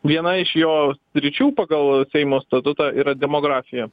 viena iš jo sričių pagal seimo statutą yra demografija